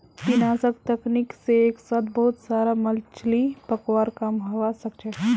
विनाशक तकनीक से एक साथ बहुत सारा मछलि पकड़वार काम हवा सके छे